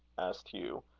asked hugh,